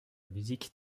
musique